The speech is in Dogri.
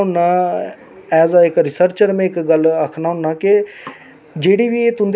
ते ओहदे बाद मतलब कि उंदे चंद फैंमली दी बजह कन्नै जेहका अस लोक फिर थोह्डे़ पिच्छे होई जन्ने